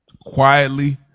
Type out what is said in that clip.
quietly